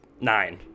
nine